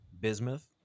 Bismuth